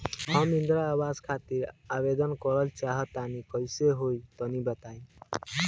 हम इंद्रा आवास खातिर आवेदन करल चाह तनि कइसे होई तनि बताई?